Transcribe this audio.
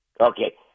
Okay